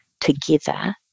together